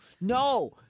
No